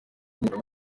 umugabo